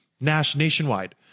nationwide